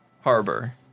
harbor